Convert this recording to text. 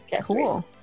Cool